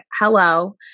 hello